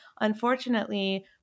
unfortunately